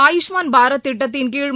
ஆயுஷ்மாள் பாரத் திட்டத்தின்கீழ்